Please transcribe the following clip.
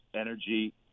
energy